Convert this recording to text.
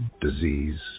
disease